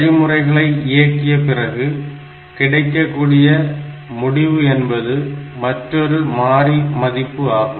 வழிமுறைகளை இயக்கிய பிறகு கிடைக்கக்கூடிய முடிவு என்பது மற்றொரு மாறி மதிப்பு ஆகும்